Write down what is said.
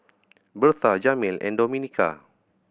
Bertha Jamil and Domenica